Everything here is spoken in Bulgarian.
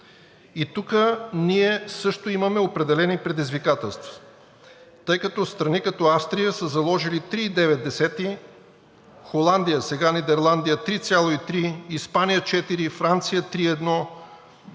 И тук ние също имаме определени предизвикателства, тъй като страни като Австрия са заложили 3,9, Холандия, сега Нидерландия – 3,3, Испания – 4, Франция – 3,1,